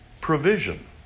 provision